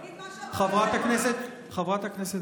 תגיד מה שאתה, חברת הכנסת גוטליב.